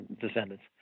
descendants